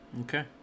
Okay